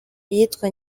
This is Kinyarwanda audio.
iyitwa